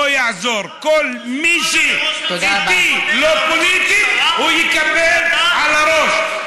לא יעזור, כל מי שלא איתי פוליטית יקבל על הראש.